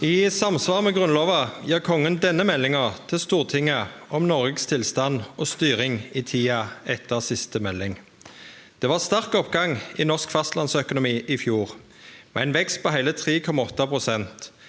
I samsvar med Grunnlova gir Kongen denne meldinga til Stortinget om Noregs tilstand og styring i tida etter siste melding. Det var sterk oppgang i norsk fastlandsøkonomi i fjor, med ein vekst på heile 3,8 pst.